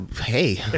Hey